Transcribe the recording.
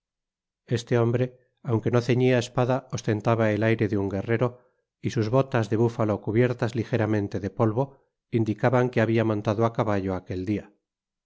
este hombre aunque no cenia espada ostentaba el aire de un guerrero y sus botas de búfalo cubiertas lijeramente de polvo indicaban que habia montado á caballo aquel dia